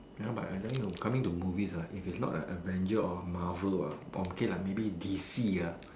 ya but I tell you coming to movies ah if it is not an adventure or Marvel or okay maybe D_C ah